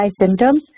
symptoms